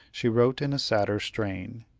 she wrote in a sadder strain.